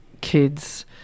kids